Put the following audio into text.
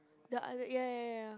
the other ya ya ya ya